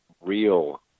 real